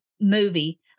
movie